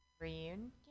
Reunion